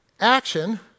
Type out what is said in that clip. Action